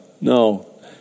No